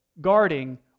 guarding